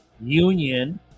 union